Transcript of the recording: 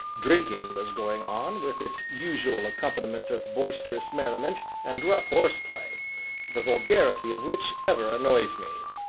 drinking was going on, with its usual accompaniment of boisterous merriment and rough horseplay the vulgarity of which ever annoys me.